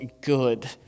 good